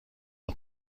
اون